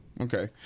Okay